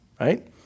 right